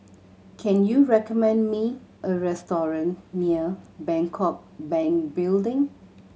can you recommend me a restaurant near Bangkok Bank Building